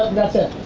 that's it?